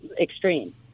extreme